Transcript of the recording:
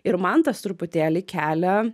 ir man tas truputėlį kelia